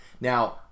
Now